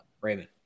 Raymond